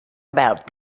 about